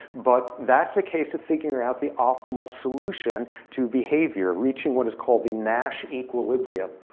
but that's a case of figuring out the optimal solution to behavior, reaching what is called the nash equilibrium.